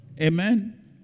Amen